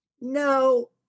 No